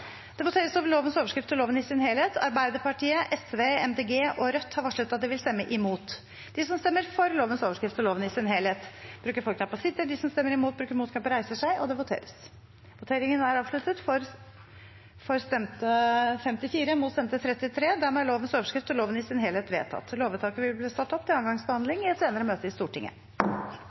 Det voteres over lovens overskrift og loven i sin helhet. Arbeiderpartiet, Sosialistisk Venstreparti, Miljøpartiet De Grønne og Rødt har varslet at de vil stemme imot. Lovvedtaket vil bli ført opp til andre gangs behandling i et senere møte i Stortinget.